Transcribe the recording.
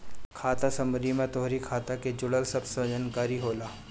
खाता समरी में तोहरी खाता के जुड़ल सब जानकारी होला